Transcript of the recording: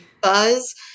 buzz